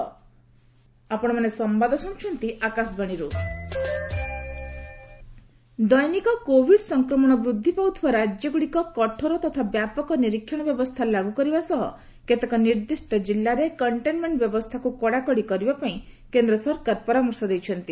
centre state Covid cases ଦୈନିକ Covid ସଂକ୍ରମଣ ବୃଦ୍ଧି ପାଉଥିବା ରାଜ୍ୟଗୁଡ଼ିକ କଠୋର ତଥା ବ୍ୟାପକ ନିରୀକ୍ଷଣ ବ୍ୟବସ୍ଥା ଲାଗୁ କରିବା ସହ କେତେକ ନିର୍ଦ୍ଦିଷ୍ଟ ଜିଲ୍ଲାରେ କଣ୍ଟେନ୍ମେଣ୍ଟ ବ୍ୟବସ୍ଥାକୁ କଡାକଡି କରିବା ପାଇଁ କେନ୍ଦ୍ର ସରକାର ପରାମର୍ଶ ଦେଇଛନ୍ତି